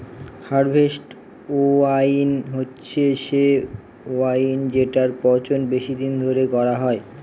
harvest wine হচ্ছে সে wine যেটার পচন বেশি দিন ধরে করা হয়